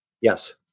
Yes